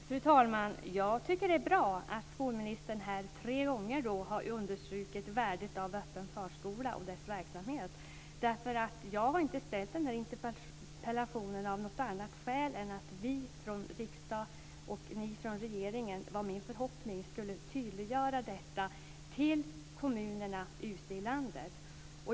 Fru talman! Jag tycker att det är bra att skolministern här tre gånger har understrukit värdet av öppen förskola och dess verksamhet. Jag har inte ställt den här interpellationen av något annat skäl än för att vi från riksdagen och ni från regeringen - det var min förhoppning - skulle tydliggöra detta för kommunerna ute i landet.